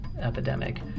epidemic